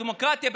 לא דמוקרטיה,